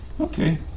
Okay